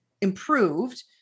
improved